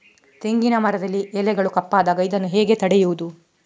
ತೆಂಗಿನ ಮರದಲ್ಲಿ ಎಲೆಗಳು ಕಪ್ಪಾದಾಗ ಇದನ್ನು ಹೇಗೆ ತಡೆಯುವುದು?